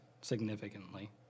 significantly